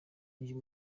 uyu